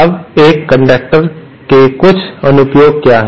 अब एक कंडक्टर के कुछ अनुप्रयोग क्या हैं